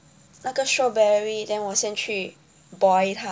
那个 strawberry then 我先去 boil 它